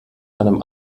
einem